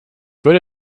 würde